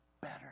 better